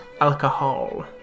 alcohol